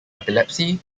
epilepsy